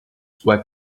were